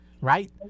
right